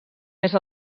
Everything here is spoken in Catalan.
més